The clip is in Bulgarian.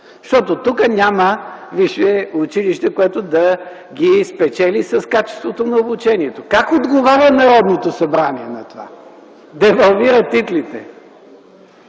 Защото тук няма висше училище, което да ги спечели с качеството на обучението. Как отговаря Народното събрание на това? Девалвира титлите